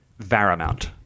Varamount